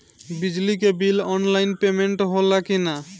बिजली के bill online payment होला कि ना?